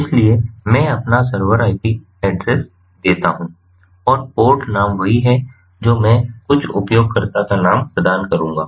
इसलिए मैं अपना सर्वर आईपी एड्रेस देता हूं और पोर्ट नाम वही है जो मैं कुछ उपयोगकर्ता का नाम प्रदान करूंगा